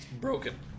broken